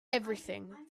everything